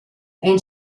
and